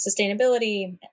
sustainability